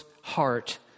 heart